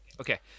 Okay